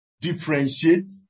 differentiate